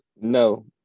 No